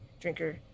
drinker